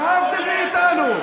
להבדיל מאיתנו,